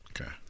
Okay